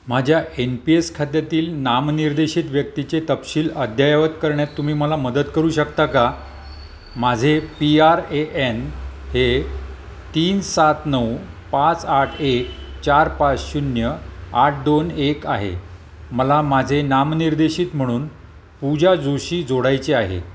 माझ्या N P S खात्यातील नामनिर्देशित व्यक्तीचे तपशील अद्ययावत करण्यात तुम्ही मला मदत करू शकता का माझे पी आर ए एन हे तीन सात नऊ पाच आठ एक चार पाच शून्य आठ दोन एक आहे मला माझे नामनिर्देशित म्हणून पूजा जोशी जोडायचे आहे